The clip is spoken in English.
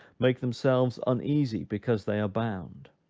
make themselves uneasy because they are bound.